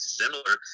similar